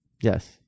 Yes